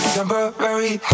Temporary